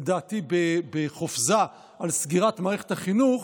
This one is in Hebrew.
לדעתי בחופזה, על סגירת מערכת החינוך,